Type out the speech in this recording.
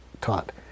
taught